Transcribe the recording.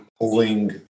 pulling